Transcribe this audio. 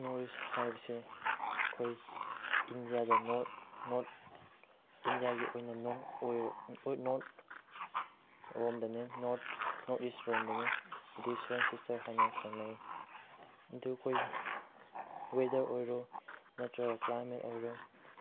north east ꯍꯥꯏꯕꯁꯦ ꯑꯩꯈꯣꯏ ꯏꯅꯗꯤꯌꯥꯗ ꯅꯣꯔꯠ ꯏꯟꯗꯤꯌꯥꯒꯤ ꯑꯣꯏꯅ ꯅꯣꯔꯠ ꯔꯣꯝꯗꯅꯦ ꯅꯣꯔꯠ ꯏꯁ ꯔꯣꯝꯗꯅꯦ ꯑꯗꯨ ꯁꯕꯦꯟ ꯁꯤꯁꯇꯔ ꯍꯥꯏꯅ ꯈꯪꯅꯩ ꯑꯗꯨ ꯑꯩꯈꯣꯏ ꯋꯦꯗꯔ ꯑꯣꯏꯔꯣ ꯅꯠꯇ꯭ꯔꯒ ꯀ꯭ꯂꯥꯏꯃꯦꯠ ꯑꯣꯏꯔꯣ